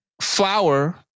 Flour